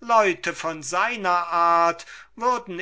leute von seiner art würden